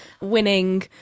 winning